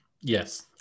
yes